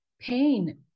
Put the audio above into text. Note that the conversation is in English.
pain